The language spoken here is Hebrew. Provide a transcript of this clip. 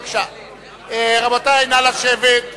רבותי, נא לשבת.